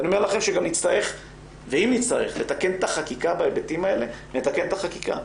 אני אומר לכם שאם נצטרך לתקן את החקיקה בהיבטים האלה נתקן את החקיקה,